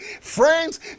friends